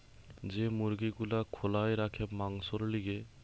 যে মুরগি গুলা খোলায় রাখে মাংসোর লিগে